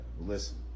listen